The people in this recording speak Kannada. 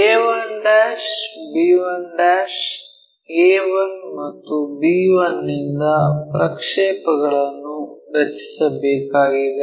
a1 b1 a1 ಮತ್ತು b1 ನಿಂದ ಪ್ರಕ್ಷೇಪಗಳನ್ನು ರಚಿಸಿಬೇಕಾಗಿದೆ